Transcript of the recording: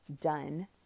done